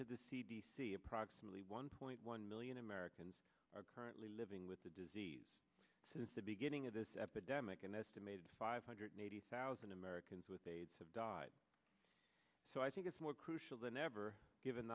to the c d c approximately one point one million americans are currently living with the disease since the beginning of this epidemic an estimated five hundred eighty thousand americans with aids have died so i think it's more crucial than ever given